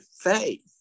faith